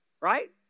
right